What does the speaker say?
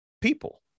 people